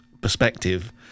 perspective